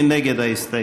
מי נגד ההסתייגות?